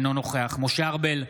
אינו נוכח משה ארבל,